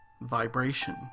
Vibration